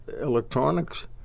electronics